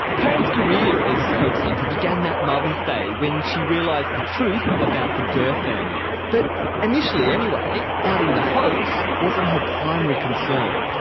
taryn's career as hoax hunter began that mother's day when she realised the truth about the dirr family. but initially anyway, outing the hoax wasn't her primary concern.